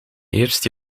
eerst